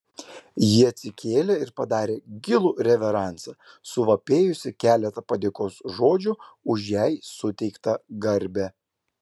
ji atsikėlė ir padarė gilų reveransą suvapėjusi keletą padėkos žodžių už jai suteiktą garbę